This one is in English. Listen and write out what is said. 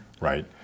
right